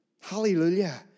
Hallelujah